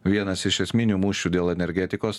vienas iš esminių mūšių dėl energetikos